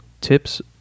Tips